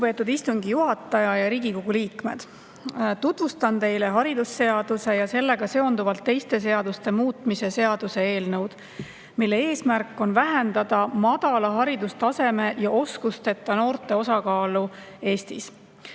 Lugupeetud istungi juhataja! Riigikogu liikmed! Tutvustan teile haridusseaduse ja sellega seonduvalt teiste seaduste muutmise seaduse eelnõu, mille eesmärk on vähendada madala haridustaseme ja oskusteta noorte osakaalu Eestis.